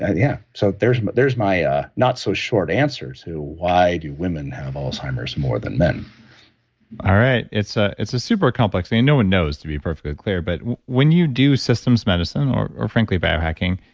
ah yeah, so there's there's my not so short answer to why do women have alzheimer's more than men all right. it's ah it's super complex. and no one knows to be perfectly clear, but when you do systems medicine or or frankly, biohacking,